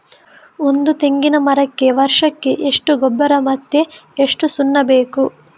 ಒಂದು ತೆಂಗಿನ ಮರಕ್ಕೆ ವರ್ಷಕ್ಕೆ ಎಷ್ಟು ಗೊಬ್ಬರ ಮತ್ತೆ ಎಷ್ಟು ಸುಣ್ಣ ಬೇಕು?